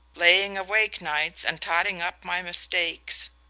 laying awake nights and totting up my mistakes.